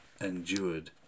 endured